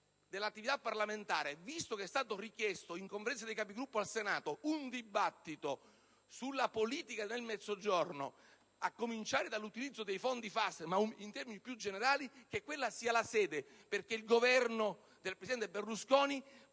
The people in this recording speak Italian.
dell'attività parlamentare, visto che è stato richiesto in Conferenza dei Capigruppo al Senato un dibattito sulla politica del Mezzogiorno, a cominciare dall'utilizzo dei fondi FAS, ma in termini più generali, in quella sede il Governo del presidente Berlusconi